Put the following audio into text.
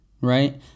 right